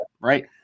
right